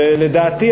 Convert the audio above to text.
לדעתי,